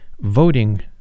Voting